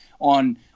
on